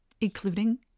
including